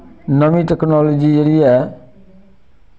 नमीं टैक्नोलाजी जेह्ड़ी ऐ